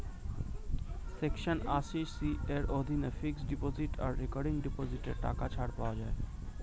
section আশি C এর অধীনে ফিক্সড ডিপোজিট আর রেকারিং ডিপোজিটে টাকা ছাড় পাওয়া যায়